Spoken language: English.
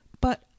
But